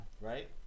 right